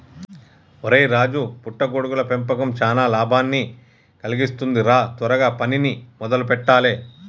ఒరై రాజు పుట్ట గొడుగుల పెంపకం చానా లాభాన్ని కలిగిస్తుంది రా త్వరగా పనిని మొదలు పెట్టాలే